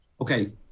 okay